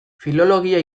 filologia